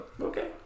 okay